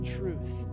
truth